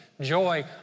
Joy